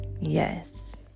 Yes